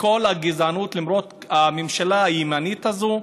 כל הגזענות, למרות הממשלה הימנית הזאת,